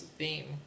theme